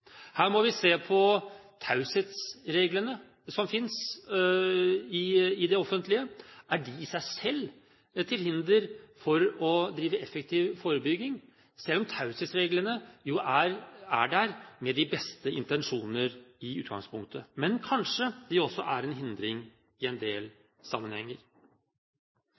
Her må vi se på taushetsreglene som finnes i det offentlige. Er de i seg selv til hinder for å drive effektiv forebygging, selv om taushetsreglene jo er der med de beste intensjoner i utgangspunktet? Men kanskje er de også en hindring i en del sammenhenger.